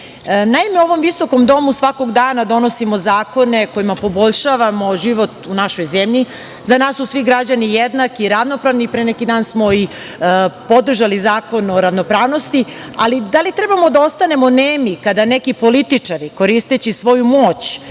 u ovom Visokom domu svakog dana donosimo zakone kojima poboljšavamo život u našoj zemlji, za nas su svi građani jednaki i ravnopravni, pre neki dan smo i podržali Zakon o ravnopravnosti, ali da li treba da ostanemo nemi kada neki političari koristeći svoju moć